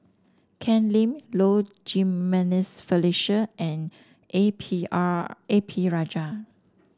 Ken Lim Low Jimenez Felicia and A P R A P Rajah